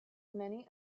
many